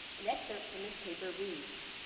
an excerpt from this paper reads,